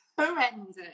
horrendous